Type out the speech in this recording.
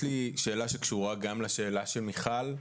יש לי שאלה שקשורה גם לשאלה של מיכל,